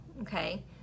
okay